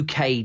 uk